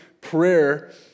prayer